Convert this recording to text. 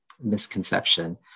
misconception